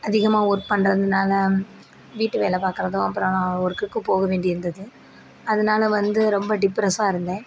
அதிகமாக ஒர்க் பண்ணுறதனால வீட்டு வேலை பார்க்கறதும் அப்புறம் ஒர்க்குக்கு போகவேண்டி இருந்தது அதனால வந்து ரொம்ப டிப்ரஸ்ஸாக இருந்தேன்